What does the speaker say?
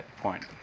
point